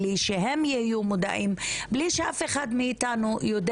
בלי שהם יהיו מודעים ובלי שאף אחד מאתנו יודע